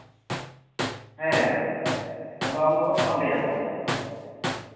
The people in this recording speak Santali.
ᱦᱮᱸ ᱟᱢᱫᱚ ᱚᱠᱟ ᱠᱷᱚᱱᱟᱜ ᱮᱢ ᱞᱟᱹᱭᱫᱟ ᱵᱟᱹᱵᱩ